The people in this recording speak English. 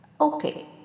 Okay